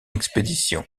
expédition